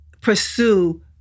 pursue